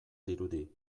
dirudi